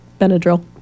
Benadryl